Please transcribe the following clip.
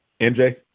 MJ